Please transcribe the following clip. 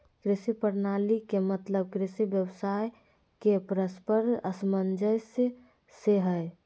कृषि प्रणाली के मतलब कृषि व्यवसाय के परस्पर सामंजस्य से हइ